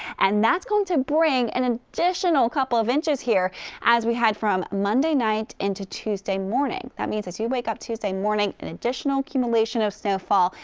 and that's going to bring and an additional couple of inches here as we head from monday night into tuesday morning. that means as you wake up tuesday morning, an additional accumulation of snowfall,